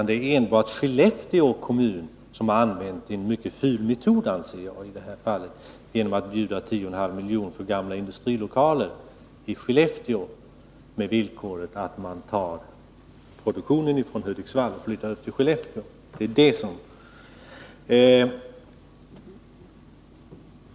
Det är enbart Skellefteå kommun som enligt min mening har använt en mycket ful metod i det här fallet genom att bjuda 10,5 milj.kr. för gamla industrilokaler i Skellefteå på villkor att företaget flyttar produktionen från Hudiksvall till Skellefteå.